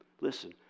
Listen